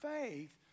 faith